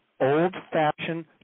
old-fashioned